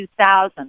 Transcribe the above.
2000